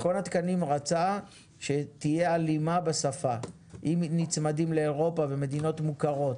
מכון התקנים רצה שתהיה הלימה בשפה אם נצמדים לאירופה ומדינות מוכרות.